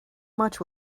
much